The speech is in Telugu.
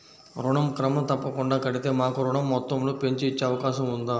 ఋణం క్రమం తప్పకుండా కడితే మాకు ఋణం మొత్తంను పెంచి ఇచ్చే అవకాశం ఉందా?